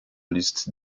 liste